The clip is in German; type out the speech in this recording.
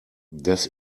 das